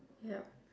yup